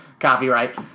Copyright